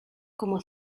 como